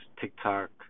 TikTok